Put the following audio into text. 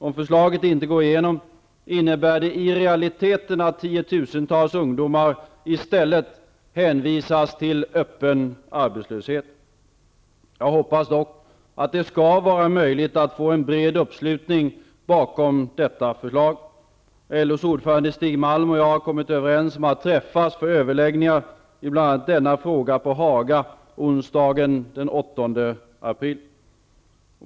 Om förslaget inte går igenom innebär detta i realiteten att tiotusentals ungdomar i stället hänvisas till öppen arbetslöshet. Jag hoppas dock att det skall vara möjligt att få en bred uppslutning bakom detta förslag. LO:s ordförande Stig Malm och jag har kommit överens om att träffas för överläggningar i bl.a. denna fråga på Haga onsdagen den 8 april.